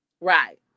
Right